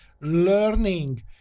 Learning